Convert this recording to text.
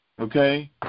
Okay